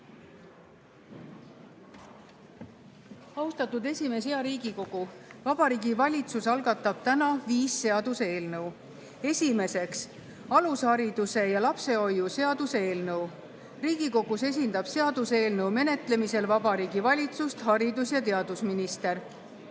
Austatud esimees! Hea Riigikogu! Vabariigi Valitsus algatab täna viis seaduseelnõu. Esiteks, alushariduse ja lapsehoiu seaduse eelnõu. Riigikogus esindab seaduseelnõu menetlemisel Vabariigi Valitsust haridus‑ ja teadusminister.